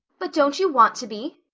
but don't you want to be?